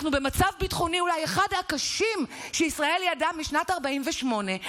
אנחנו במצב הביטחוני אולי אחד הקשים שישראל ידעה משנת 48',